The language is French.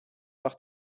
par